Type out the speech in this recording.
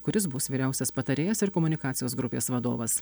kuris bus vyriausias patarėjas ir komunikacijos grupės vadovas